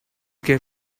get